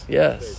yes